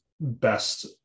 best